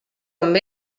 amb